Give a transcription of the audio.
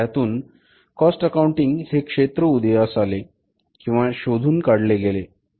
त्यातून cost accounting हे क्षेत्र उदयास आले किंवा शोधून काढले गेले